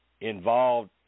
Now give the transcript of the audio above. involved